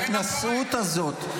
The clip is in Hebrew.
ההתנשאות הזאת,